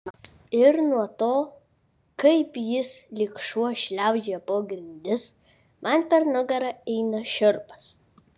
ir nuo to kaip jis lyg šuo šliaužioja po grindis man per nugarą eina šiurpas